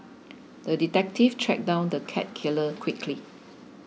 the detective tracked down the cat killer quickly